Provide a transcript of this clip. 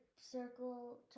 circle